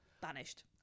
banished